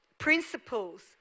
principles